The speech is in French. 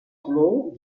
matelots